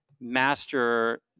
master